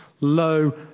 low